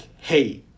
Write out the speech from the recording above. hey